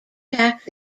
tax